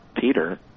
Peter